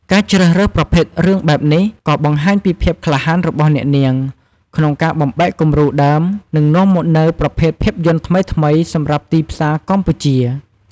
ការជ្រើសរើសប្រភេទរឿងបែបនេះក៏បង្ហាញពីភាពក្លាហានរបស់អ្នកនាងក្នុងការបំបែកគំរូដើម និងនាំមកនូវប្រភេទភាពយន្តថ្មីៗសម្រាប់ទីផ្សារកម្ពុជា។